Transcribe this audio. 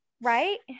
right